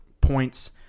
points